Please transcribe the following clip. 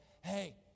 Hey